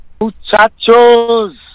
Muchachos